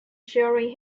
sharing